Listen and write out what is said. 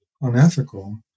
unethical